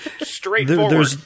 straightforward